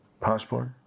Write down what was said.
Passport